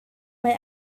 mae